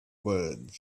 words